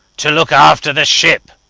to look after the ship.